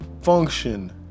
function